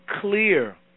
clear